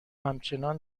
همچنان